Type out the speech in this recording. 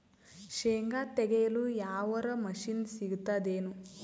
ಶೇಂಗಾ ತೆಗೆಯಲು ಯಾವರ ಮಷಿನ್ ಸಿಗತೆದೇನು?